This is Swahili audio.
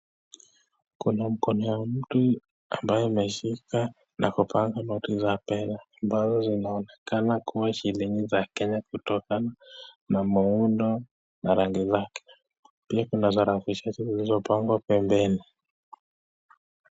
Kuna mkono ya mtu ambayo ameshika na kukaba noti za pesa ambazo zinaonekana kuwa shilingi za Kenya kutokana na muundo na rangi zake .pia Kuna sarafu zilizo pagwa pembeni .